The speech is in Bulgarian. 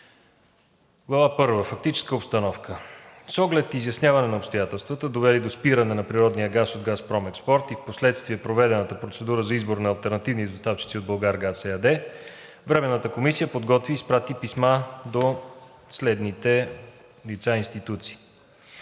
I. Фактическа обстановка С оглед изясняване на обстоятелствата, довели до спиране на природния газ от ООО „Газпром Експорт“ и впоследствие проведената процедура за избор на алтернативни доставчици от „Булгаргаз“ ЕАД, Временната комисия подготви и изпрати писма до следните лица и институции: